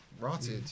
Rotted